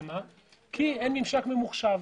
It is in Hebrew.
כי אין ממשק ממוחשב.